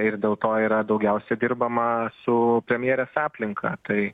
ir dėl to yra daugiausia dirbama su premjerės aplinka tai